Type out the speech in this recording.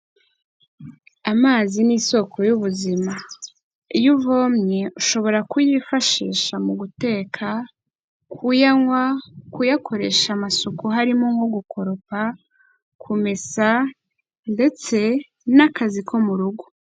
Amazi ni isoko y'ubuzima. Iyo uvomye ushobora kuyifashisha mu guteka, kuyanywa, kuyakoresha amasuku harimo nko gukoropa, kumesa ndetse n'akazi ko mu rugo.